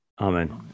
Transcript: Amen